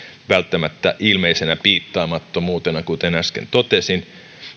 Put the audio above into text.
välttämättä ilmeisenä piittaamattomuutena kuten äsken totesin